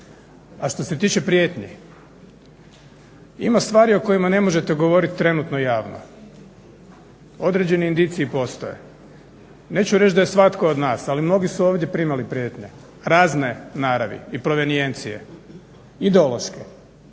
A što se tiče prijetnji, ima stvari o kojima ne možete govorit trenutno javno. Određeni indiciji postoje. Neću reći da je svatko od nas, ali mnogi su ovdje primali prijetnje razne naravi i provenijencije, ideološke,